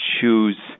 choose